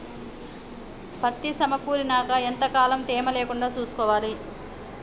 పత్తి సమకూరినాక ఎంత కాలం తేమ లేకుండా చూసుకోవాలి?